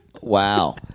wow